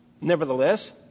Nevertheless